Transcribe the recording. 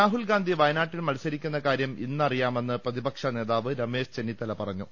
രാഹുൽ ഗാന്ധി വയനാട്ടിൽ മത്സരിക്കുന്ന കാര്യം ഇന്നറി യാമെന്ന് പ്രതിപക്ഷ നേതാവ് രമേശ് ചെന്നിത്തല പറഞ്ഞു